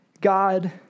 God